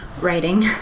writing